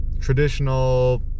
traditional